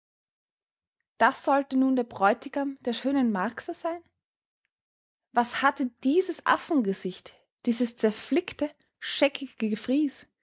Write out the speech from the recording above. das sollte nun der bräutigam der schönen marcsa sein was hatte dieses affengesicht dieses zerflickte scheckige gefries